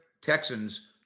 Texans